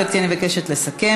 גברתי, אני מבקשת לסכם.